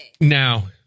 Now